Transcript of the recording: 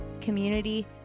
community